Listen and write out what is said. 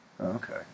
okay